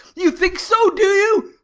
you think so, do you?